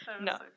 no